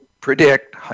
predict